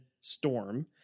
Storm